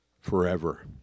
forever